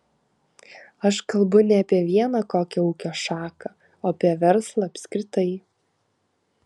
aš kalbu ne apie vieną kokią ūkio šaką o apie verslą apskritai